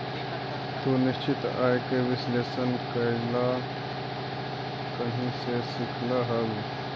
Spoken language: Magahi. तू निश्चित आय के विश्लेषण कइला कहीं से सीखलऽ हल?